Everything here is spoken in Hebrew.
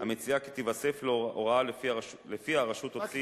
המציעה כי תיווסף לו הוראה שלפיה הרשות תוציא